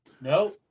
No